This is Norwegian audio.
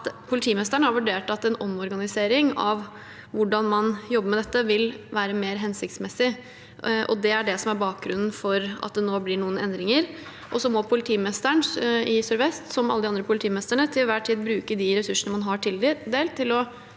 politimesteren har vurdert at en omorganisering av hvordan man jobber med dette, vil være mer hensiktsmessig. Det er det som er bakgrunnen for at det nå blir noen endringer. Så må politimesteren i Sør-Vest politidistrikt, som alle andre politimestere, til enhver tid bruke de ressursene man får tildelt, slik